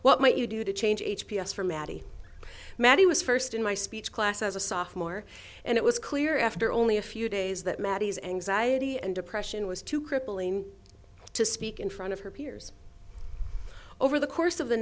what might you do to change h p s for mattie mattie was first in my speech class as a sophomore and it was clear after only a few days that maddie's anxiety and depression was too crippling to speak in front of her peers over the course of the